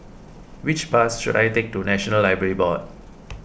which bus should I take to National Library Board